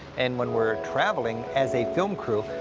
and when we're traveling as a film crew,